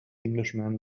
englishman